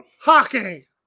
hockey